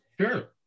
Sure